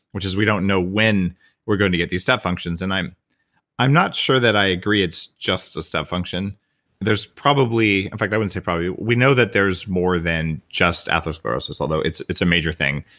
which is we don't know when we're going to get these step functions. and i'm i'm not sure that i agree it's just a step function there's probably, in fact i wouldn't say probably. we know that there's more than just atherosclerosis, although it's it's a major thing.